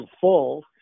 full